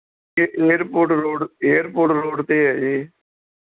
ਇਹ airport road airport road 'ਤੇ ਹੈ ਜੀ